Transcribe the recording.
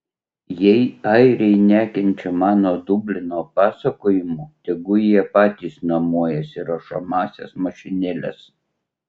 jei airiai nekenčia mano dublino pasakojimų tegu jie patys nuomojasi rašomąsias mašinėles